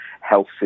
health